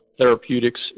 therapeutics